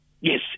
Yes